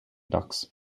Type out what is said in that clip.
ducks